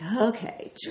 okay